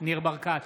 ניר ברקת,